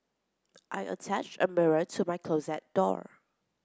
I attached a mirror to my closet door